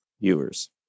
viewers